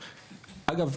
אגב,